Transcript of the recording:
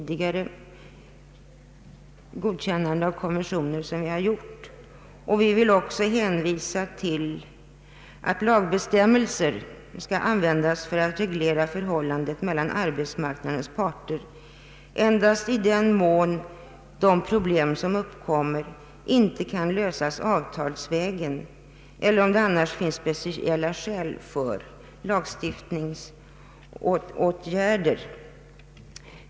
digare godkända konventioner, dels till det förhållandet att lagbestämmelser skall användas för att reglera förhållandet mellan arbetsmarknadens parter endast i den mån de problem som uppkommer inte kan lösas avtalsvägen, eller om det annars finns speciella skäl för lagstiftningsåtgärder.